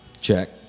check